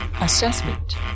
Assessment